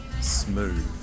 Smooth